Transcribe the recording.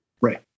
Right